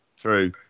True